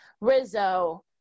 rizzo